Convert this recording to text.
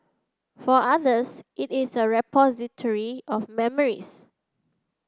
for others it is a repository of memories